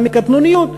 גם מקטנוניות,